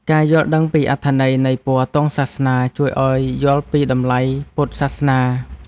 ការយល់ដឹងពីអត្ថន័យនៃពណ៌ទង់សាសនា ជួយឱ្យយល់ពីតម្លៃពុទ្ធសាសនា។